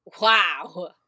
Wow